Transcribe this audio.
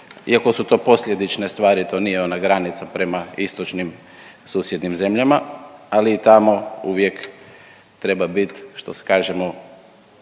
iako su to posljedične stvari, to nije ona granica prema istočnim susjednim zemljama, ali i tamo uvijek treba bit što kažemo